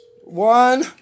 one